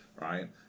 right